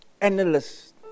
Analyst